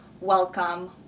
welcome